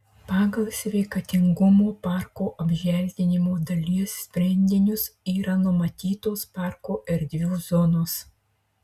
pagal sveikatingumo parko apželdinimo dalies sprendinius yra numatytos parko erdvių zonos